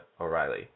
O'Reilly